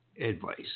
advice